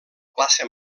plaça